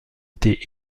été